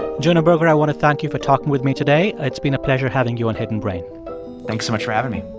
jonah berger, i want to thank you for talking with me today. it's been a pleasure having you on hidden brain thanks so much for having me